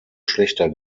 schlechter